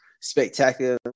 spectacular